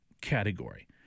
category